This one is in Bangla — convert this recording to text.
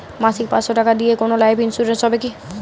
মাসিক পাঁচশো টাকা দিয়ে কোনো লাইফ ইন্সুরেন্স হবে কি?